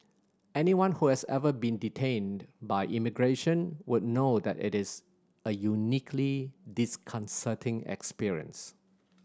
anyone who has ever been detained by immigration would know that it is a uniquely disconcerting experience